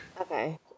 Okay